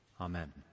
Amen